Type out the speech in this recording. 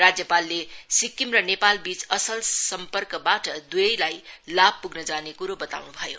राज्यपालले सिक्किम र नेपालबीच असल सम्पर्कबाट दुबैलाई लाभ पुग्न जाने कुरो बताउनु भयो